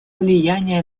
влияние